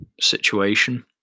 situation